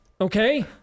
okay